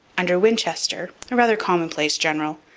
under winchester, a rather commonplace general.